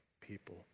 people